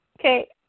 Okay